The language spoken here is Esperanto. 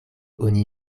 oni